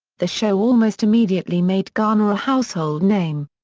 the show almost immediately made garner a household name.